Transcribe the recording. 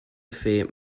fais